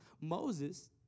Moses